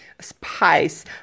spice